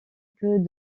queue